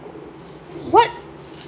what